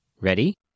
Ready